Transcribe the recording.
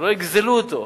שלא יגזלו אותו.